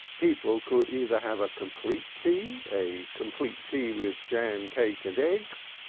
people could either have a complete tea, a complete tea with jam, cake and eggs,